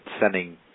sending